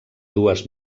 dues